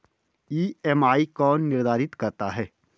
EMI कौन निर्धारित करता है?